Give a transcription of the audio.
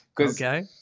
Okay